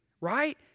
right